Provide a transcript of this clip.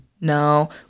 No